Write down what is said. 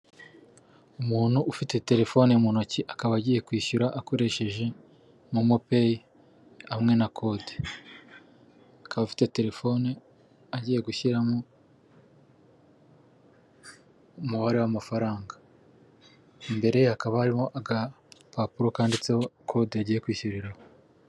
Umuntu ufite terefone mu ntoki, akaba agiye kwishyura akoresheje momo peyi hamwe na kode, afite terefone agiye gushyiramo umubare w'amafaranga, imbere ye hakaba harimo agapapuro kanditseho kode agiye kwishyuriraho.